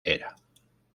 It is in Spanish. hera